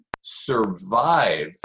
survive